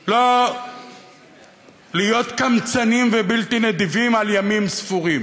לא להיות קמצניים ובלתי נדיבים על ימים ספורים,